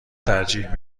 ترجیح